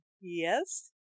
yes